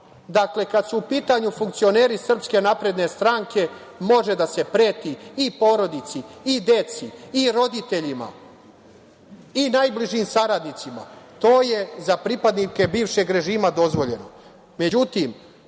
kad su u pitanju funkcioneri Srpske napredne stranke može da se preti i porodici, i deci, i roditeljima, i najbližim saradnicima, to je za pripadnike bivšeg režima dozvoljeno.